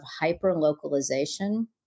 hyper-localization